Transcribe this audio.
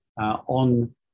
on